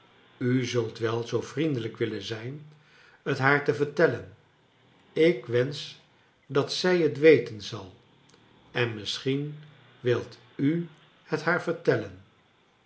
u zult wel zoo vriendelijk willen zijn het haar te vertellen ik wensch dat zij het weten zal en misschien wilt u het haar vertellen